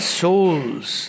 souls